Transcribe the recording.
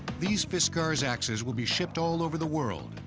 these fiskars axes will be shipped all over the world,